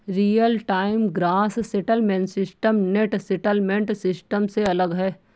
real time gross settlement system net settlement system से अलग है